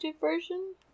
version